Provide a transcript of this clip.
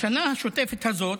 בשנה השוטפת הזאת,